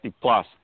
plus